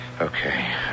Okay